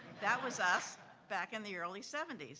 that was us back in the early seventy s.